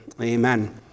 Amen